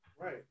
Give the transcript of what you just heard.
right